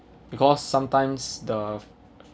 because sometimes the